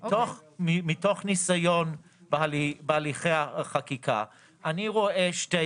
מתוך ניסיון בהליכי החקיקה אני רואה שתי